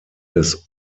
des